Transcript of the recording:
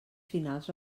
finals